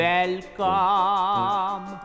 Welcome